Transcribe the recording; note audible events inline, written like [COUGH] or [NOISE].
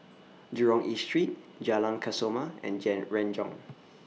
Jurong East Street Jalan Kesoma and [UNINTELLIGIBLE] Renjong